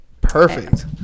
Perfect